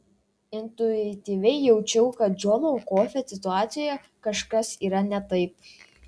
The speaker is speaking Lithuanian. intuityviai jaučiau kad džono kofio situacijoje kažkas yra ne taip